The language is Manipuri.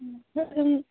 ꯎꯝ ꯑꯗꯣ ꯑꯗꯨꯝ